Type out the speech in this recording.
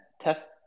test